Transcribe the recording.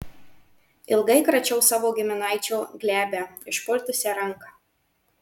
ilgai kračiau savo giminaičio glebią išpurtusią ranką